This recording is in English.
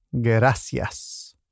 gracias